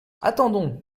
attendons